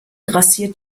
grassiert